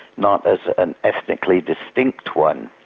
not as an ethnically distinct one.